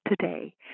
today